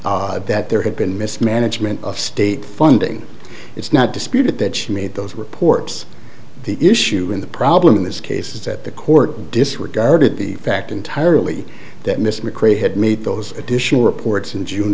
seven that there had been mismanagement of state funding it's not disputed that she made those reports the issue in the problem in this case is that the court disregarded the fact entirely that miss mcrae had made those additional reports in june